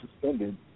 suspended